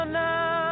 now